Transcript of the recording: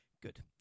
Good